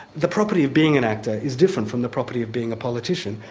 the property of being an actor is different from the property of being a politician,